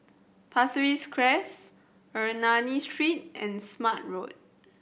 Pasir Ris Crest Ernani Street and Smart Road